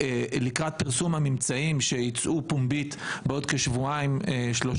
אנחנו לקראת פרסום הממצאים שייצאו פומבית בעוד כשבועיים-שלושה.